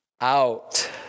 out